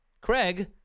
Craig